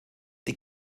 die